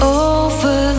over